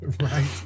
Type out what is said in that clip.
right